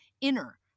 inner